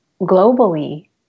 globally